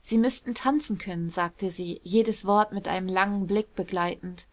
sie müßten tanzen können sagte sie jedes wort mit einem langen blick begleitend